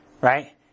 right